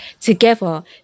together